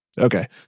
Okay